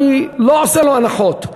אני לא עושה לו הנחות,